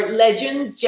legends